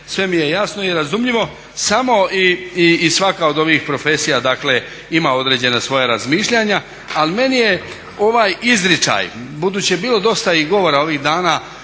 sve mi je jasno i razumljivo samo i svaka od ovih profesija dakle ima određena svoja razmišljanja ali meni je ovaj izričaj, budući je bilo dosta i govora ovih dana